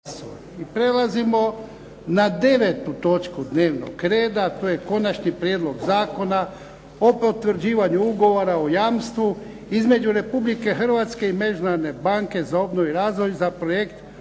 I prelazimo na 9. točku dnevnog reda, a to je - Prijedlog zakona o potvrđivanju ugovora o jamstvu između Republike Hrvatske i Međunarodne banke za obnovu i razvoj za "Projekt